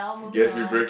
I guess we break